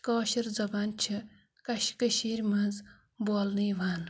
کٲشِر زبان چھِ کٔش کٔشیٖرِ منٛز بولنہٕ یِوان